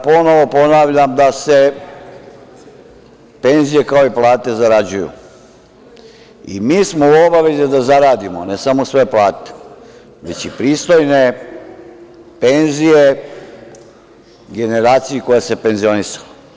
Ponovo ponavljam da se penzije, kao i plate zarađuju i mi smo u obavezi da zaradimo ne samo svoje plate, već i pristojne penzije generaciji koja se penzionisala.